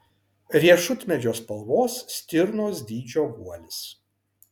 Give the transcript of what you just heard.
riešutmedžio spalvos stirnos dydžio guolis